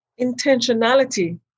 Intentionality